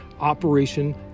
Operation